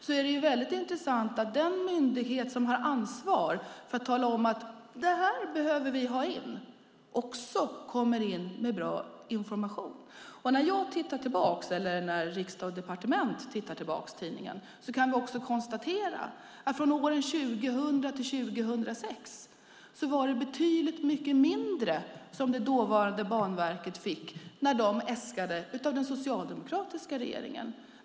Det är väldigt intressant att den myndighet som har ansvar för att tala om vad man behöver ha in också kommer med bra information. När tidningen Riksdag & Departement tittar tillbaka kan vi konstatera att det dåvarande Banverket under åren 2000-2006 fick betydligt mindre när de äskade av den socialdemokratiska regeringen.